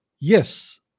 yes